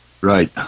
Right